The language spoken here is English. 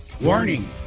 warning